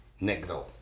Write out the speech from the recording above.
Negro